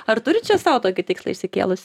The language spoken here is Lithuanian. ar turit čia sau tokį tikslą išsikėlusi